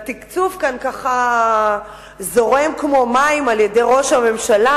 והתקציב כאן ככה זורם כמו מים על-ידי ראש הממשלה,